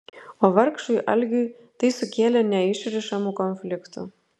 o vargšui algiui tai sukėlė neišrišamų konfliktų